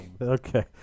Okay